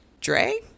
Dre